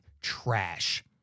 trash